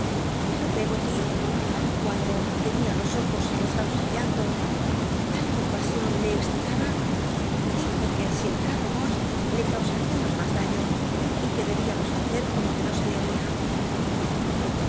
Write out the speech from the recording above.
peto peggot y aun cuando tenia los ojos masados en llanto tal compasion le excitaba dijo que si cntnibamos le causal'iamos mas daíío y que debíamos hacer como que no se le